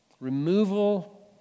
removal